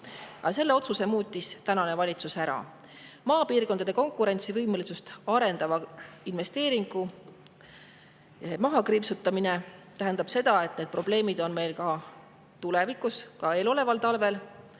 selle otsuse muutis ametis olev valitsus ära. Maapiirkondade konkurentsivõimelisust arendava investeeringu mahakriipsutamine tähendab seda, et need probleemid on meil ka tulevikus, ka eeloleval talvel